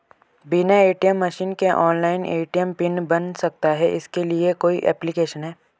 बिना ATM machine के online ATM PIN बन सकता है इसके लिए कोई ऐप्लिकेशन है?